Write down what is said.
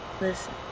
Listen